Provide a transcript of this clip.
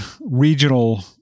regional